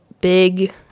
big